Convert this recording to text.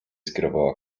skierowała